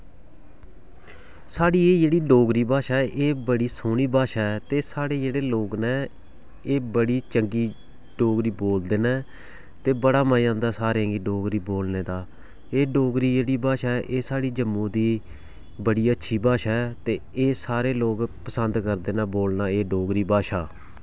साढ़ी एह् जेह्ड़ी डोगरी भाशा एह् बड़ी सोह्नी भाशा ऐ ते साढ़े जेह्ड़े लोक नै एह् बड़ी चंगी डोगरी बोलदे न ते बड़ा मजा आंदा सारें गी डोगरी बोलने दा एह् डोगरी जेह्ड़ी भाशा ऐ एह् साढ़े जम्मू दी बड़ी अच्छी भाशा ऐ ते एह् सारे लोग पसंद करदे न बोलना एह् डोगरी भाशा